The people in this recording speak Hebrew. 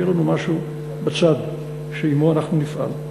שיהיה לנו משהו בצד שעמו אנחנו נפעל.